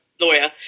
lawyer